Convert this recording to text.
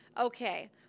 okay